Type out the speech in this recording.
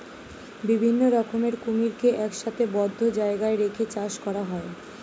বিভিন্ন রকমের কুমিরকে একসাথে বদ্ধ জায়গায় রেখে চাষ করা হয়